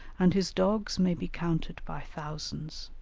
and his dogs may be counted by thousands.